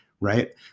Right